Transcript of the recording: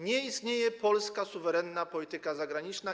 Nie istnieje polska suwerenna polityka zagraniczna.